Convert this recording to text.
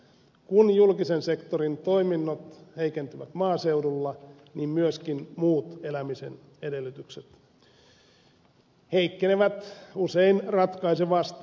kun julkisen sektorin toiminnot heikentyvät maaseudulla niin myöskin muut elämisen edellytykset heikkenevät usein ratkaisevasti